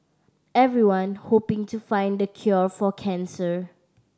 everyone hoping to find the cure for cancer